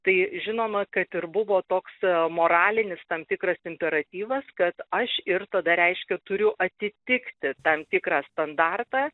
tai žinoma kad ir buvo toks moralinis tam tikras imperatyvas kad aš ir tada reiškia turiu atitikti tam tikrą standartą